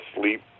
sleep